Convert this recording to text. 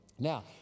Now